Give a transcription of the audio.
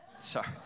Sorry